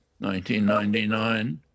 1999